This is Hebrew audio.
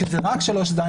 שזה רק 3ז,